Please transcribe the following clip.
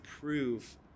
prove